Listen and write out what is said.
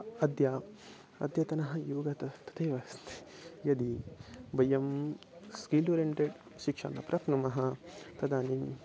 अद्य अद्यतनः योगः त तथैव अस्ति यदि वयं स्किल्ड ओरियेण्टेड् शिक्षां न प्राप्नुमः तदानीं